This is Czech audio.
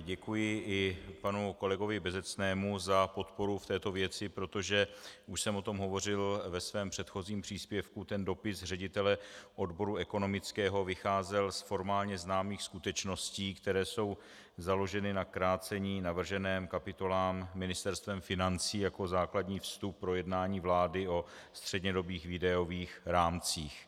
děkuji i panu kolegovi Bezecnému za podporu v této věci, protože, už jsem o tom hovořil ve svém předchozím příspěvku, dopis ředitele odboru ekonomického vycházel z formálně známých skutečností, které jsou založeny na krácení navržených kapitol Ministerstvem financí jako základní vstup pro jednání vlády o střednědobých výdajových rámcích.